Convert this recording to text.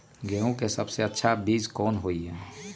गेंहू के सबसे अच्छा कौन बीज होई?